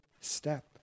step